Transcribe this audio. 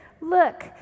look